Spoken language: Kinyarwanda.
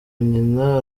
nyina